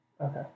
Okay